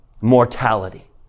Mortality